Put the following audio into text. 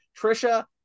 Trisha